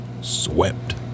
Swept